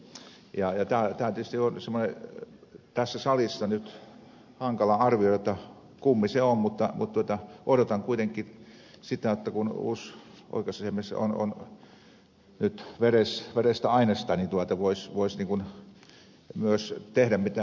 tätä on tietysti tässä salissa nyt hankala arvioida kummin se on mutta odotan kuitenkin sitä jotta kun uusi oikeusasiamies on nyt verestä ainesta niin voisi myös tehdä mitä ed